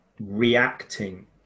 reacting